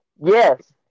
Yes